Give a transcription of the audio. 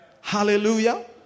Hallelujah